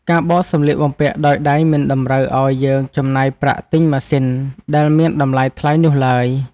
ការបោកសម្លៀកបំពាក់ដោយដៃមិនតម្រូវឱ្យយើងចំណាយប្រាក់ទិញម៉ាស៊ីនដែលមានតម្លៃថ្លៃនោះឡើយ។